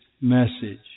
message